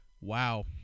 wow